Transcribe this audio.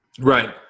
right